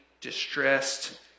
distressed